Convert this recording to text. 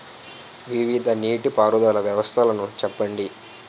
వివిధ నీటి పారుదల వ్యవస్థలను చెప్పండి?